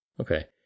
Okay